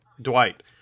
Dwight